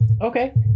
okay